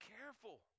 careful